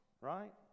Right